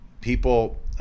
People